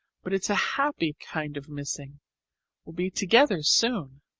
but it's a happy kind of missing we'll be together soon.